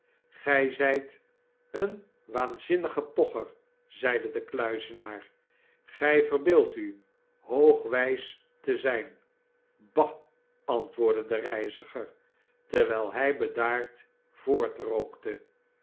gy zijt een waanzinnige pocher zeide de kluizenaar gij verbeeldt u hoogwijs te zyn bal antwoordde de reiziger terwyl hy bedaard